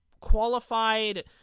qualified